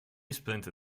splinter